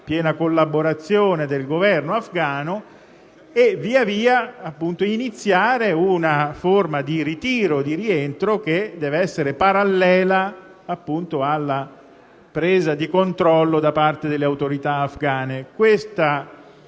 piena collaborazione del Governo afgano, per poi iniziare gradualmente una forma di rientro che deve essere parallela alla presa di controllo da parte delle autorità afgane. Questo